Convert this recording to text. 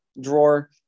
drawer